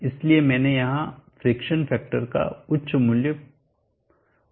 इसलिए मैंने यहां फ्रिक्शन फैक्टर का उच्च मूल्य 01 लिया है